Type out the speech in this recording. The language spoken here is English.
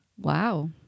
Wow